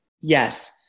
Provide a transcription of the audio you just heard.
Yes